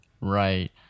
Right